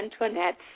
Antoinette